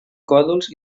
còdols